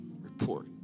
report